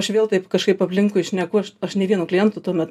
aš vėl taip kažkaip aplinkui šneku aš aš nei vieno kliento tuomet